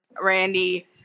Randy